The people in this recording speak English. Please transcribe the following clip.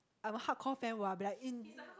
I will hardcore fan what be like in